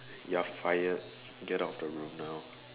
you're fired get out of the room now